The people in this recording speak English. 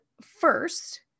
first